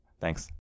Thanks